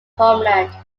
homeland